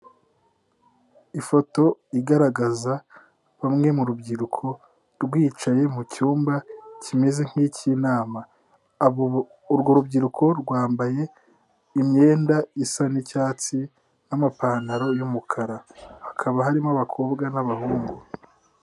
Ifoto igaragaza bamwe mu rubyiruko rwicaye mu cyumba kimeze nk' icy'inama. Urwo rubyiruko rwambaye imyenda isa n'icyatsi n'amapantaro y'umukara. Hakaba harimo abakobwa n'abahungu.